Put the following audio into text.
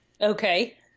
Okay